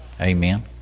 Amen